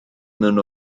mewn